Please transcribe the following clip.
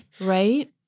right